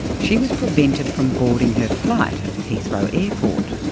she was prevented from boarding her flight at heathrow airport.